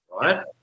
right